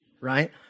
right